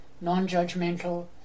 non-judgmental